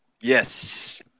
Yes